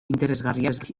interesgarriak